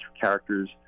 characters